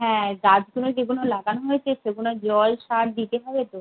হ্যাঁ গাছগুলো যেগুনো লাগানো হয়েছে সেগুনোয় জল সার দিতে হবে তো